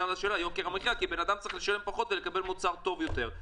הבן אדם צריך לשלם פחות ולקבל מוצר טוב יותר.